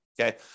okay